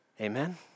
Amen